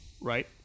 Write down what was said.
right